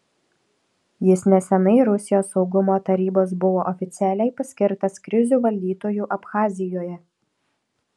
jis neseniai rusijos saugumo tarybos buvo oficialiai paskirtas krizių valdytoju abchazijoje